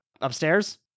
upstairs